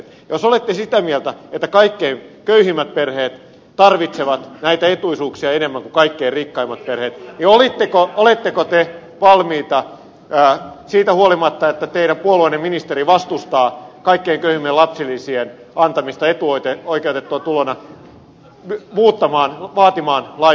jos olette sitä mieltä että kaikkein köyhimmät perheet tarvitsevat näitä etuisuuksia enemmän kuin kaikkein rikkaimmat perheet niin oletteko te valmis siitä huolimatta että teidän puolueenne ministeri vastustaa lapsilisien antamista kaikkein köyhimmille etuoikeutettuna tulona muuttamaan vaatimaan lainmuutosta